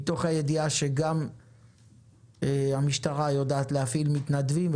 מתוך הידיעה שגם המשטרה יודעת להפעיל מתנדבים,